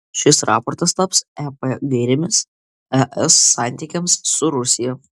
šis raportas taps ep gairėmis es santykiams su rusija